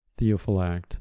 theophylact